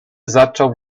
zaczął